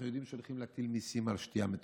אנחנו יודעים שהולכים להטיל מיסים על שתייה מתוקה,